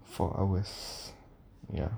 four hours ya